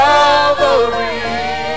Calvary